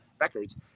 records